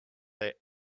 they